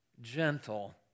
gentle